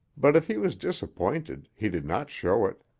but if he was disappointed he did not show it.